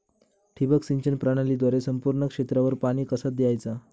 ठिबक सिंचन प्रणालीद्वारे संपूर्ण क्षेत्रावर पाणी कसा दयाचा?